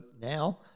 now